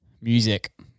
music